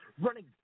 running